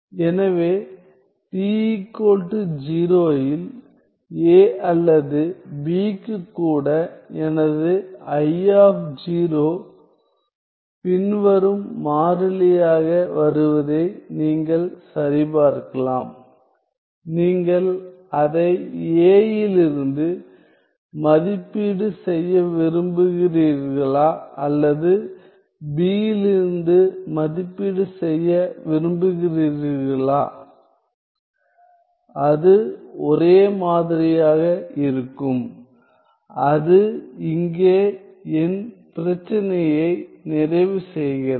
எனவே t 0 இல் A அல்லது B க்கு கூட எனது I ஆப் 0 பின்வரும் மாறிலியாக வருவதை நீங்கள் சரிபார்க்கலாம் நீங்கள் அதை A இலிருந்து மதிப்பீடு செய்ய விரும்புகிறீர்களா அல்லது B இலிருந்து மதிப்பீடு செய்ய விரும்புகிறீர்களா அது ஒரே மாதிரியாக இருக்கும் அது இங்கே என் பிரச்சினையை நிறைவு செய்கிறது